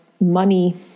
money